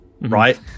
right